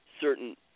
certain